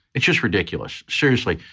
it's just ridiculous. seriously,